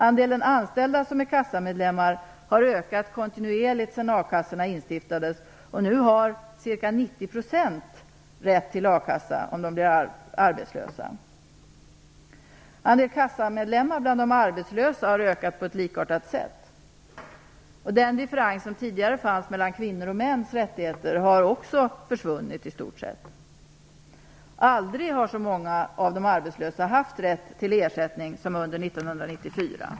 Andelen anställda som är kassamedlemmar har ökat kontinuerligt sedan akassorna instiftades, och nu har ca 90 % rätt till akasseersättning, om de blir arbetslösa. Andelen kassamedlemmar bland de arbetslösa har ökat på ett likartat sätt. Också den differens mellan kvinnors och mäns rättigheter som tidigare fanns har i stort sett försvunnit. Aldrig har så många av de arbetslösa haft rätt till ersättning som under 1994.